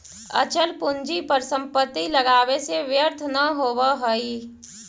अचल पूंजी पर संपत्ति लगावे से व्यर्थ न होवऽ हई